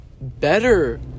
better